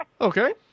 Okay